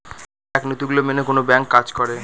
এক নীতি গুলো মেনে কোনো ব্যাঙ্ক কাজ করে